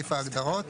בסעיף ההגדרות,